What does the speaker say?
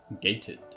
Gated